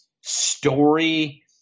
story